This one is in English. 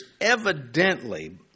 evidently